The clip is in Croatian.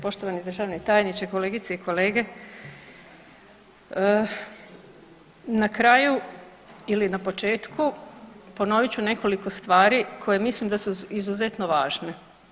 Poštovani državni tajniče, kolegice i kolege, na kraju ili na početku ponovit ću nekoliko stvari koje mislim da su izuzetno važne.